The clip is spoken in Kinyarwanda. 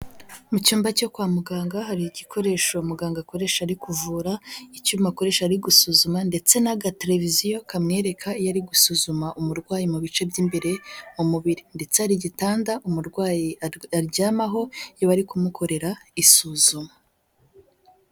Mu cyumba cyo kwa muganga hari igikoresho muganga akoresha ari kuvura, icyuma akoresha ari gusuzuma, ndetse n'agateleviziyo kamwereka yari gusuzuma umurwayi mu bice by'imbere mu mubiri, ndetse nigitanda umurwayi aryamaho, iyo bari kumukorera isuzuma.